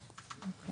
אוקיי.